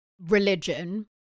religion